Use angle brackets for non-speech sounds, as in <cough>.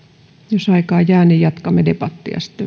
jos aikaa jää niin jatkamme debattia sitten <unintelligible>